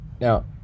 Now